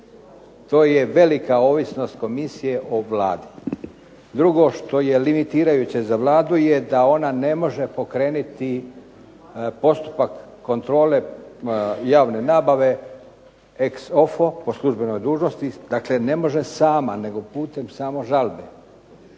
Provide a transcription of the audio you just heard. To je velika ovisnost komisije o Vladi. Drugo što je limitirajuće za Vladu je da ona ne može pokrenuti postupak kontrole javne nabave ex ofo po službenoj dužnosti, dakle ne može sama nego putem samo žalbe.